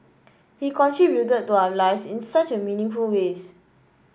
he contributed to our lives in such meaningful ways